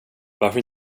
varför